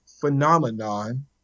phenomenon